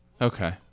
okay